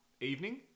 evening